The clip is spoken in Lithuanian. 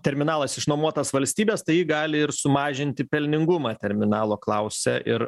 terminalas išnuomotas valstybės tai ji gali ir sumažinti pelningumą terminalo klausia ir